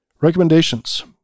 Recommendations